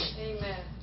Amen